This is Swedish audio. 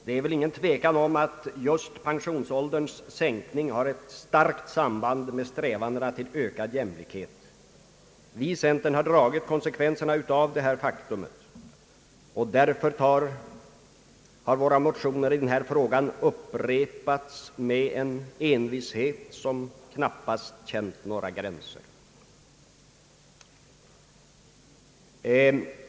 Det är väl ingen tvekan om att just pensionsålderns sänkning har ett starkt samband med strävandena till ökad jämlikhet. Vi i centern har dragit konsekvenserna av detta faktum. Därför har våra motioner i denna fråga upprepats med en envishet som knappast känt några gränser.